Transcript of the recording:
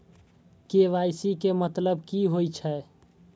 KYC के मतलब कि होई छै?